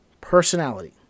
Personality